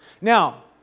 Now